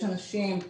יש אנשים,